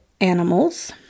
animals